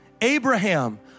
Abraham